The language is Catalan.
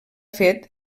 fet